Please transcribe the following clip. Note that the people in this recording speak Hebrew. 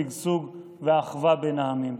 שגשוג ואחווה בין העמים.